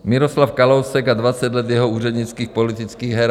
Miroslav Kalousek a dvacet let jeho úřednických politických her?